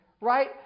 right